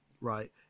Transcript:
right